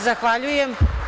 Zahvaljujem.